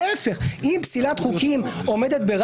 --- לא, לא.